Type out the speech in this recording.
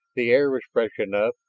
the air was fresh enough,